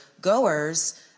goers